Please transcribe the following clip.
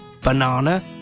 banana